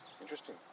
Interesting